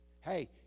Hey